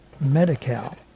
Medi-Cal